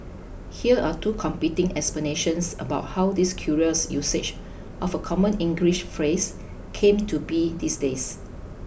here are two competing explanations about how this curious usage of a common English phrase came to be these days